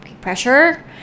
pressure